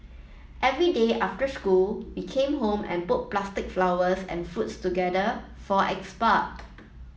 every day after school we came home and put plastic flowers and fruits together for export